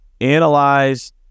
Analyze